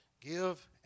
Give